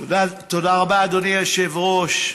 תודה רבה, אדוני היושב-ראש.